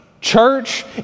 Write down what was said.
church